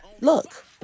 look